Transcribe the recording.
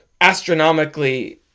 astronomically